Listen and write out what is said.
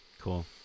cool